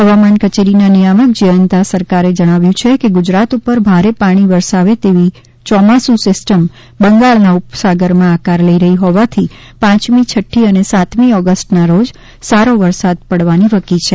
હવામાન કચેરીના નિયામક જયંત સરકારે જણાવ્યુ છે કે ગુજરાત ઉપર ભારે પાણી વરસાવે તેવી ચોમાસુ સિસ્ટમ બંગાળના ઉપસાગરમાં આકાર લઈ રહી હોવાથી પાંચમી છઠ્ઠી અને સાતમી ઓગસ્ટના રોજ સારો સારો વરસાદ પાડવાની વકી છે